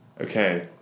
okay